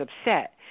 upset